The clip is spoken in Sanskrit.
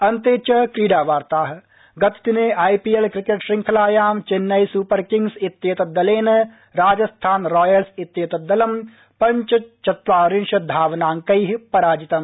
अन्तच्चि क्रीडा वार्ता गतदिने आईपीएल क्रिकेट श्रृंखलायां चैन्नई सुपर किंग्स इत्येतद् दलेन राजस्थान रॉयल्स इत्येतद् दले पञ्चचत्वारिशत् धावनाड्कैः पराजितम्